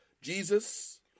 Jesus